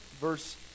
verse